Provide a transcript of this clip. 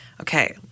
Okay